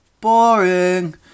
Boring